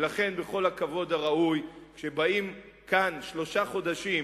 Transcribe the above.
ולכן, בכל הכבוד הראוי, כשבאים לכאן, שלושה חודשים